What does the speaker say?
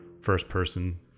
first-person